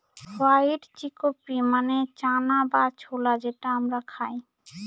white chickpea মানে চানা বা ছোলা যেটা আমরা খায়